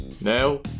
Now